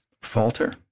falter